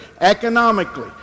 economically